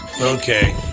Okay